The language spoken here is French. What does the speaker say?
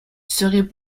serait